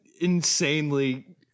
insanely